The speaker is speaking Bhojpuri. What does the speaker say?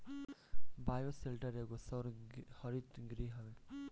बायोशेल्टर एगो सौर हरितगृह हवे